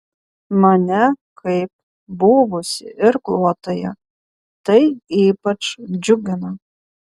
mane kaip buvusį irkluotoją tai ypač džiugina